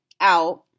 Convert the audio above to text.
out